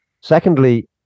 secondly